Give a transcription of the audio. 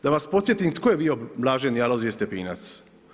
Da vas podsjetim tko je bio blaženi Alojzije Stepinac.